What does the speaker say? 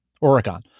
Oregon